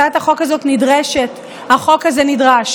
הצעת החוק הזאת נדרשת, החוק הזה נדרש,